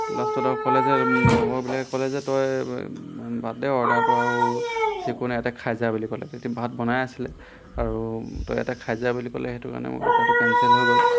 লাষ্টত আৰু ক'লে যে লগৰবিলাকে ক'লে যে তই বাদ দে অৰ্ডাৰটো আৰু যিকোনো ইয়াতে খাই যা বুলি ক'লে সিহঁতে ভাত বনায়ে আছিলে আৰু তই ইয়াতে খাই যা বুলি ক'লে সেইটো কাৰণে মই অৰ্ডাৰটো কেনচেল হৈ গ'ল